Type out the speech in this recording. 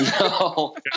No